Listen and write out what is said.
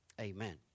amen